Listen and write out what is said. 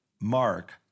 Mark